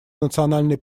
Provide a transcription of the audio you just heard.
национальный